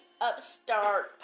upstart